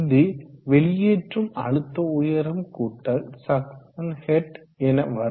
இது வெளியேற்றும் அழுத்த உயரம் கூட்டல் சக்சன் ஹெட் என வரும்